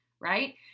right